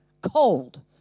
Cold